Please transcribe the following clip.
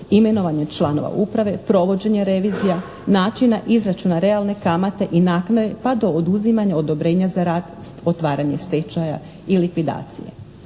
imenovanja članova uprave, provođenje revizija, načina, izračuna realne kamate i naknade, pa do oduzimanja odobrenja za rad, otvaranje stečaja i likvidacije.